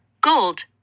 gold